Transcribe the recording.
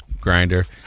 grinder